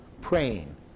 praying